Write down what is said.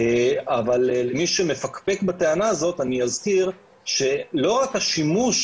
אבל למי שמפקפק בטענה הזאת אני אזכיר שלא רק השימוש